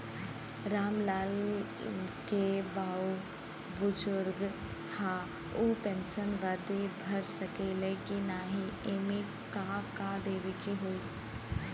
राम लाल के बाऊ बुजुर्ग ह ऊ पेंशन बदे भर सके ले की नाही एमे का का देवे के होई?